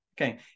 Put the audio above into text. okay